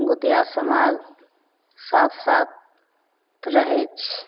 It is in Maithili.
गोतिआ समाज साथ साथ रहै छै